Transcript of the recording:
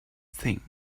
thing